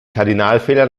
kardinalfehler